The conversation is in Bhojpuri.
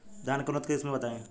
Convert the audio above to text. धान के उन्नत किस्म बताई?